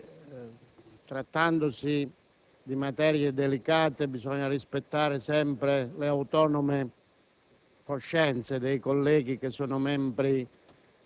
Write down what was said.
Abbiamo valutato che, trattandosi di materie delicate, bisogna rispettare sempre le autonome